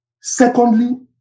Secondly